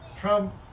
Trump